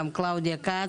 עבורם,